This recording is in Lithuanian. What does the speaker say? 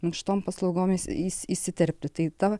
minkštom paslaugom įsiterpti tai ta